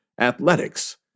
athletics